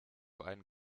einen